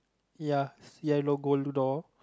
ya is yellow gold door